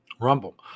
Rumble